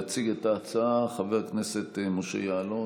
יציג את ההצעה חבר הכנסת משה יעלון.